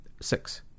six